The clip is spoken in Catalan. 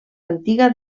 antiga